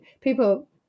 people